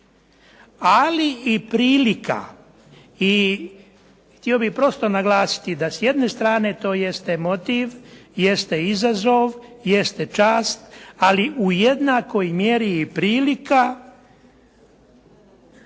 ali i prilika i htio bih prosto naglasiti da s jedne strane to jeste motiv, jeste izazov, jeste čast, ali u jednakoj mjeri i prilika